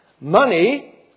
money